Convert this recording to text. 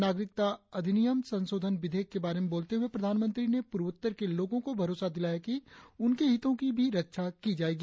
नागरिकता अधिनियम संशोधन विधेयक के बारे में बोलते हुए प्रधानमंत्री ने पूर्वोत्तर के लोगों को भरोसा दिलाया कि उनके हितों की भी रक्षा की जाएगी